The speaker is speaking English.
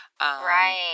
Right